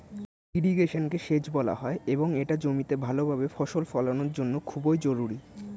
ইরিগেশনকে সেচ বলা হয় এবং এটা জমিতে ভালোভাবে ফসল ফলানোর জন্য খুবই জরুরি